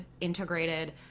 integrated